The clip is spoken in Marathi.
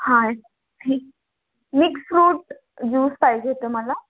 हा ठीक मिक्स फ्रूट ज्यूस पाहिजे होतं मला